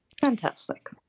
Fantastic